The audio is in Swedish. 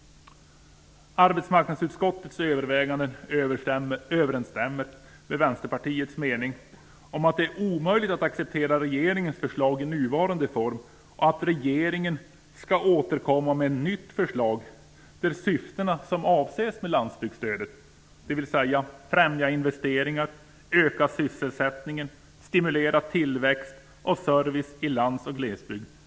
Arbetsmarknadsutskottets överväganden överensstämmer med Vänsterpartiets mening om att det är omöjligt att acceptera regeringens förslag i nuvarande form och att regeringen skall återkomma med ett nytt förslag till det som avses med landsbygdsstödet, dvs. att främja investeringar, öka sysselsättningen, stimulera tillväxt och tillgodose service i lands och glesbygd.